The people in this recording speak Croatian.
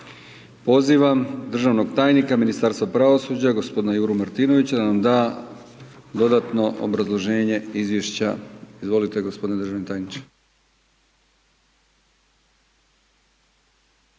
Pozivam državnog tajnika Ministarstva pravosuđa gospodina Juru Martinovića da nam da dodatno obrazloženje Izvješća. Izvolite gospodine državni tajniče.